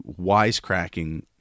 wisecracking